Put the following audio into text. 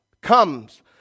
comes